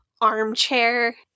armchair